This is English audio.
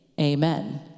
Amen